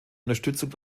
unterstützung